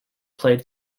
played